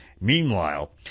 Meanwhile